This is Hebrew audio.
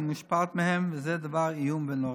היא מושפעת מהם, וזה דבר איום ונורא.